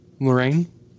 Lorraine